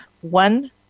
one